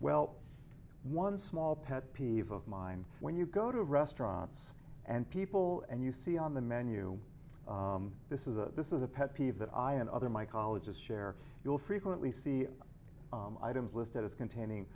well one small pet peeve of mine when you go to restaurants and people and you see on the menu this is a this is a pet peeve that i and other mycologist share you'll frequently see items listed as containing